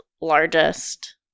largest